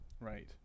Right